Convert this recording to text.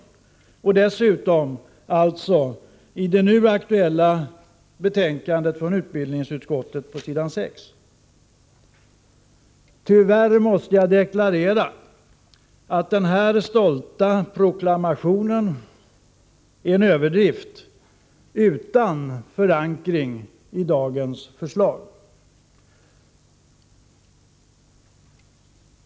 Dessutom återfinns det på s. 6 i det nu aktuella betänkandet från utbildningsutskottet. Tyvärr måste jag deklarera att denna stolta proklamation är en överdrift utan förankring i dagens förslag.